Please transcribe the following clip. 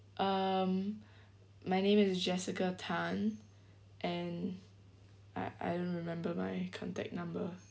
um my name is jessica tan and I I don't remember my contact number